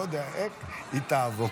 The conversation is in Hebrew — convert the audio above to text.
לא יודע איך, היא תעבור.